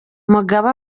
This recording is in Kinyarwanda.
mugabe